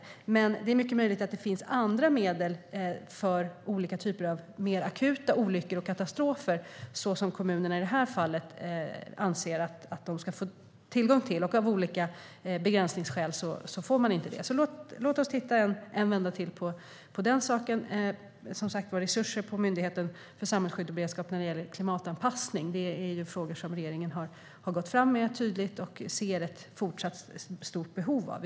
Däremot är det mycket möjligt att det finns andra medel för olika typer av mer akuta olyckor och katastrofer som kommunerna i det här fallet anser att de ska få tillgång till men av olika begränsningsskäl inte får. Låt oss därför titta en vända till på den saken. När det gäller resurser för klimatanpassning hos Myndigheten för samhällsskydd och beredskap är det frågor som regeringen har gått fram tydligt med och ser ett fortsatt stort behov av.